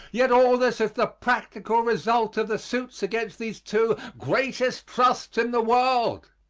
yet all this is the practical result of the suits against these two greatest trusts in the world.